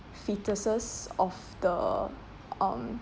fetuses of the um